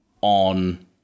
on